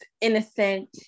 innocent